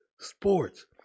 sports